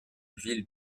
ville